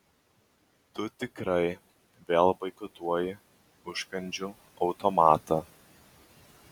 tu tikrai vėl boikotuoji užkandžių automatą